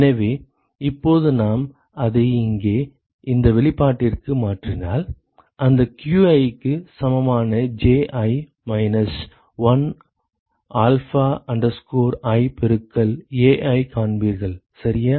எனவே இப்போது நாம் அதை இங்கே இந்த வெளிப்பாட்டிற்கு மாற்றினால் அந்த qi க்கு சமமான Ji minus 1 minus alpha i பெருக்கல் Ai காண்பீர்கள் சரியா